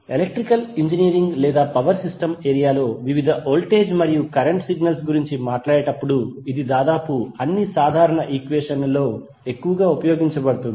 electrical engineering లేదా power system ఏరియాలో వివిధ వోల్టేజ్ మరియు కరెంట్ సిగ్నల్స్ గురించి మాట్లాడేటప్పుడు ఇది దాదాపు అన్ని సాధారణ ఈక్వెషన్లలో ఎక్కువగా ఉపయోగించబడుతుంది